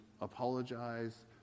apologize